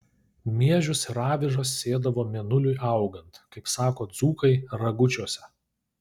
miežius ir avižas sėdavo mėnuliui augant kaip sako dzūkai ragučiuose